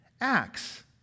acts